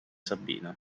sabine